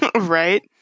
Right